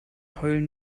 heulen